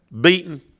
Beaten